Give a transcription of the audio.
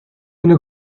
una